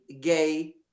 gay